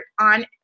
on